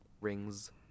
rings